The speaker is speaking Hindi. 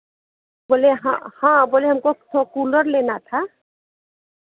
बोले हाँ हाँ बोले हमको कू कूलर लेना था